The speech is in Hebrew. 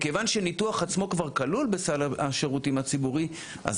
מכיוון שהניתוח עצמו כבר כלול בסל השירותים הציבורי אז